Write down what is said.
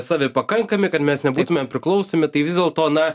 savi pakankami kad mes nebūtumėm priklausomi tai vis dėlto na